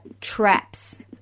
traps